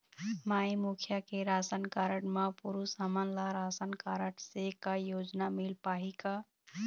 माई मुखिया के ration card म पुरुष हमन ला रासनकारड से का योजना मिल पाही का?